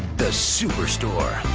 the superstore.